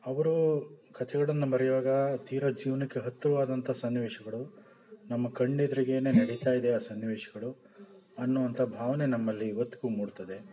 ಅವರು ಕಥೆಗಳನ್ನು ಬರೆಯುವಾಗ ತೀರಾ ಜೀವನಕ್ಕೆ ಹತ್ತಿರವಾದಂಥ ಸನ್ನಿವೇಶಗಳು ನಮ್ಮ ಕಣ್ಣೆದ್ರಿಗೇ ನಡಿತಾ ಇದೆ ಆ ಸನ್ನಿವೇಶಗಳು ಅನ್ನುವಂಥ ಭಾವನೆ ನಮ್ಮಲ್ಲಿ ಇವತ್ತಿಗೂ ಮೂಡ್ತದೆ